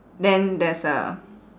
then there's a